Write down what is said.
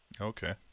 Okay